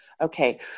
Okay